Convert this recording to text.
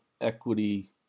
equity